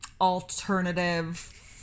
alternative